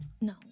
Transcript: No